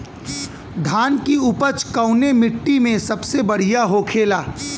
धान की उपज कवने मिट्टी में सबसे बढ़ियां होखेला?